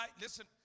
listen